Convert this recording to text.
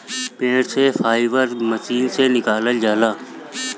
पेड़ से fibre machine से निकालल जाला